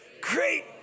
great